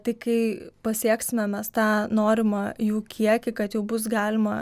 tai kai pasieksime mes tą norimą jų kiekį kad jau bus galima